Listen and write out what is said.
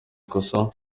ikosa